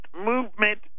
movement